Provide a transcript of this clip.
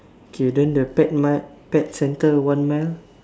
okay then the pet mile pet centre one mile